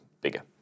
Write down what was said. bigger